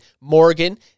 Morgan